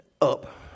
up